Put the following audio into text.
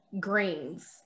greens